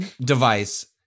device